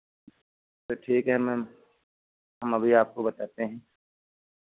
तो ठीक है मैम हम अभी आपको बताते हैं